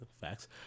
Facts